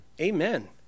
Amen